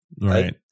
right